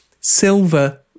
silver